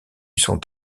sont